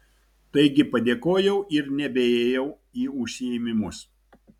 taigi padėkojau ir nebeėjau į užsiėmimus